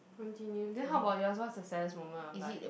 continue then how about you what's the saddest moment of life